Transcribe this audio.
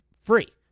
free